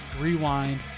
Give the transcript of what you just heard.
Rewind